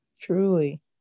truly